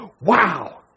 wow